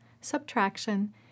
subtraction